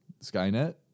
skynet